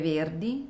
Verdi